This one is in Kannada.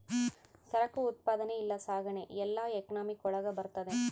ಸರಕು ಉತ್ಪಾದನೆ ಇಲ್ಲ ಸಾಗಣೆ ಎಲ್ಲ ಎಕನಾಮಿಕ್ ಒಳಗ ಬರ್ತದೆ